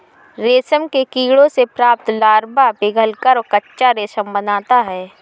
रेशम के कीड़ों से प्राप्त लार्वा पिघलकर कच्चा रेशम बनाता है